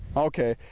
okay,